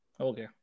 Okay